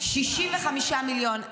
65 מיליון.